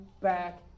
back